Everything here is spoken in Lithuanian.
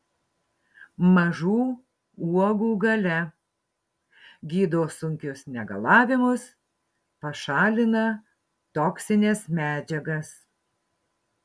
mažų uogų galia gydo sunkius negalavimus pašalina toksines medžiagas